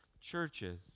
churches